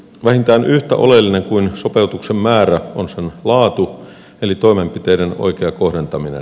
vähintään yhtä oleellinen kuin sopeutuksen määrä on sen laatu eli toimenpiteiden oikea kohdentaminen